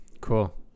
Cool